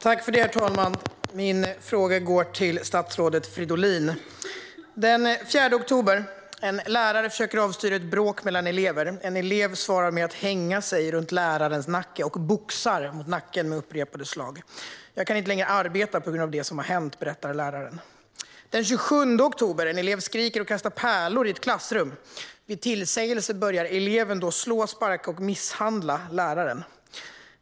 Herr talman! Min fråga går till statsrådet Fridolin. Den 4 oktober försökte en lärare avstyra ett bråk mellan elever. En elev svarade med att hänga sig runt lärarens nacke och boxa mot nacken med upprepade slag. "Jag kan inte längre arbeta på grund av det som hänt", berättar läraren. Den 27 oktober skriker en elev och kastar pärlor i ett klassrum. Vid tillsägelse började eleven slå, sparka och misshandla läraren.